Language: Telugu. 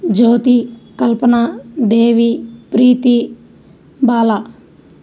జ్యోతి కల్పన దేవి ప్రీతి బాలా